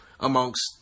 amongst